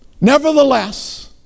Nevertheless